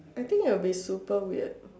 I think that will be super weird